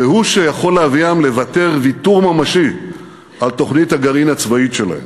והוא שיכול להביאם לוותר ויתור ממשי על תוכנית הגרעין הצבאית שלהם.